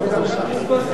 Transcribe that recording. כבוד השר.